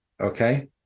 Okay